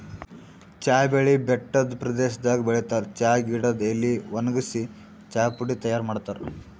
ಚಾ ಬೆಳಿ ಬೆಟ್ಟದ್ ಪ್ರದೇಶದಾಗ್ ಬೆಳಿತಾರ್ ಚಾ ಗಿಡದ್ ಎಲಿ ವಣಗ್ಸಿ ಚಾಪುಡಿ ತೈಯಾರ್ ಮಾಡ್ತಾರ್